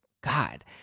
God